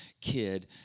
kid